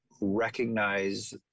recognize